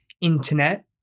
internet